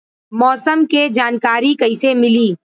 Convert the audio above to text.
मौसम के जानकारी कैसे मिली?